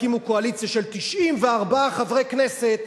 הקימו קואליציה של 94 חברי כנסת,